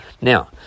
Now